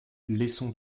laissons